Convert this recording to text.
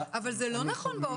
אבל זה לא נכון באופן גורף.